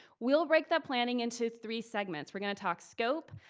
we'll break that planning into three segments. we're gonna talk scope,